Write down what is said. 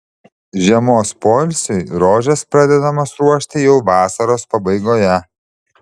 žiemos poilsiui rožės pradedamos ruošti jau vasaros pabaigoje